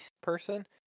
person